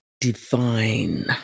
divine